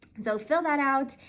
so fill that out,